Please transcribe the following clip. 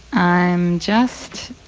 i'm just